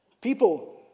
People